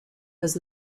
was